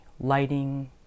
lighting